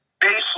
baseline